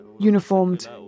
uniformed